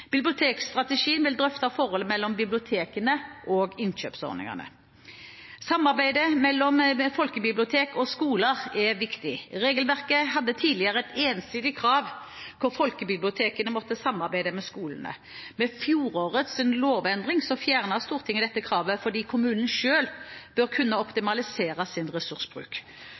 Bibliotekstrategien vil drøfte forholdet mellom bibliotekene og innkjøpsordningene. Samarbeidet mellom folkebibliotek og skoler er viktig. Regelverket hadde tidligere et ensidig krav hvor folkebibliotekene måtte samarbeide med skolene. Med fjorårets lovendring fjernet Stortinget dette kravet fordi kommunen selv bør kunne